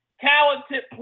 talented